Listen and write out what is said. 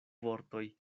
vortoj